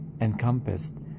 encompassed